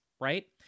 right